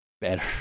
Better